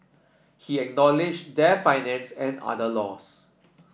he acknowledged their financial and other loss